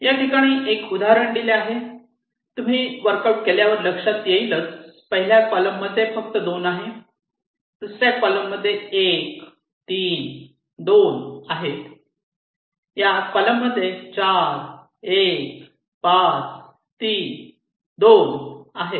या ठिकाणी एक उदाहरण दिले आहे तुम्ही वर्कआउट केल्यावर लक्षात येईल येईल पहिल्या कॉलम मध्ये फक्त 2 आहे दुसऱ्या कॉलम मध्ये 1 3 2 आहेत या कॉलम मध्ये 4 1 5 3 2 आहेत